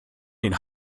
den